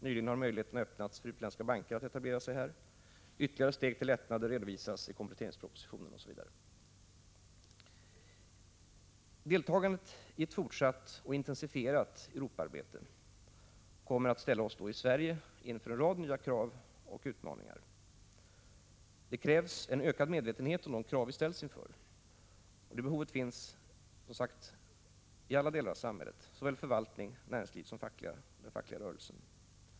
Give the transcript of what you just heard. Nyligen har möjligheten öppnats för utländska banker att etablera sig här. Ytterligare steg till lättnader redovisas i kompletteringspropositionen, osv. Deltagandet i ett fortsatt och intensifierat Europaarbete kommer att ställa oss i Sverige inför en rad nya krav och utmaningar. Det behövs en ökad medvetenhet om de krav vi ställs inför, och det behovet finns som sagt i alla delar av samhället, såväl inom förvaltning och näringsliv som inom den fackliga rörelsen.